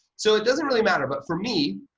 so it doesn't really matter but for me,